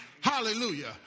hallelujah